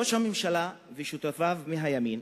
ראש הממשלה ושותפיו מהימין